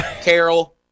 Carol